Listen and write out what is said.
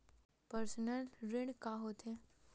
Personal ऋण का होथे?